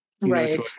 Right